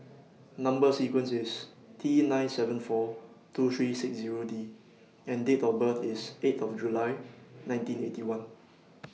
Number sequence IS T nine seven four two three six Zero D and Date of birth IS eight of July nineteen Eighty One